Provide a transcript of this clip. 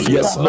Yes